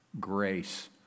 grace